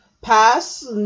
Pass